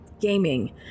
gaming